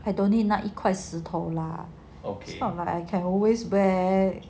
I don't need 那一块石头 lah okay I can always wear